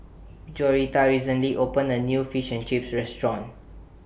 Joretta recently opened A New Fish and Chips Restaurant